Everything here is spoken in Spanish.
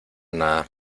nada